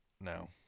No